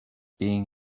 being